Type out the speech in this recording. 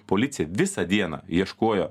policija visą dieną ieškojo